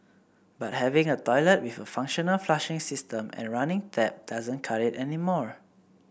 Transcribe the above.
but having a toilet with a functional flushing system and running tap doesn't cut it anymore